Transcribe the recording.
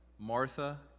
Martha